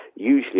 usually